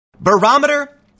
Barometer